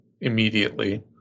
immediately